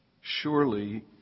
Surely